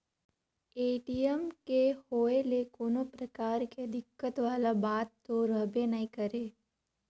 ATM के होए ले कोनो परकार के दिक्कत वाला बात तो रहबे नइ करे